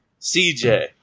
CJ